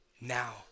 now